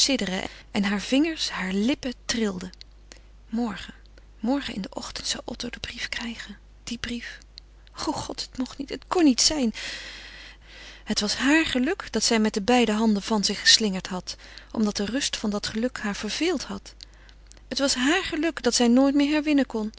en hare vingers hare lippen trilden morgen morgen in den ochtend zou otto den brief krijgen dien brief o god het mocht niet het kon niet zijn het was haar geluk dat zij met de beide handen van zich geslingerd had omdat de rust van dat geluk haar verveeld had het was haar geluk dat zij nooit meer herwinnen kon